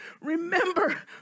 remember